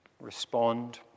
respond